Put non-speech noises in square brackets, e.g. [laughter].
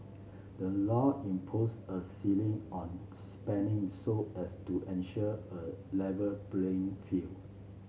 the law imposes a ceiling on spending so as to ensure A Level playing [unintelligible]